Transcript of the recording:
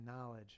knowledge